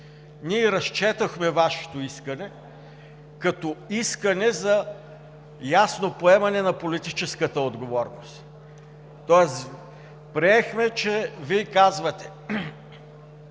Ние разчетохме Вашето искане като искане за ясно поемане на политическата отговорност. Тоест приехме, че Вие казвате: